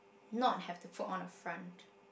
not have to put on a front